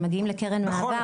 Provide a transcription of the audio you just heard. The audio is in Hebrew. הם מגיעים לקרן מעבר.